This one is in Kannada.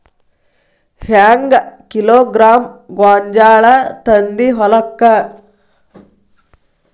ಹೆಂಗ್ ಕಿಲೋಗ್ರಾಂ ಗೋಂಜಾಳ ತಂದಿ ಹೊಲಕ್ಕ?